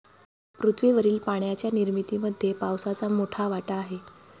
पृथ्वीवरील पाण्याच्या निर्मितीमध्ये पावसाचा मोठा वाटा आहे